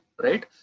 right